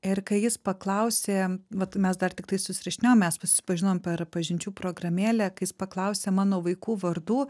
ir kai jis paklausė vat mes dar tiktai susirašinėjom mes susipažinom per pažinčių programėlę kai jis paklausė mano vaikų vardų